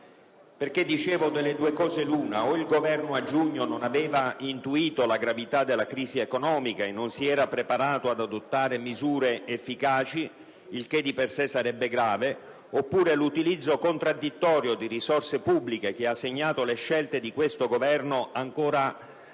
Perché, come dicevo, delle due cose l'una: o il Governo a giugno non aveva intuito la gravità della crisi economica e non si era preparato ad adottare misure efficaci - il che, di per sé, sarebbe grave - oppure l'utilizzo contraddittorio di risorse pubbliche che ha segnato le scelte di questo Governo appare ancora più